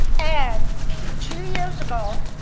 and two years ago,